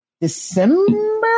December